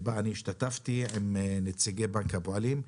בה אני השתתפתי עם נציגי בנק הפועלים,